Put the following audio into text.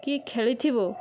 କି ଖେଳିଥିବ